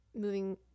moving